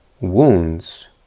Wounds